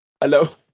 Hello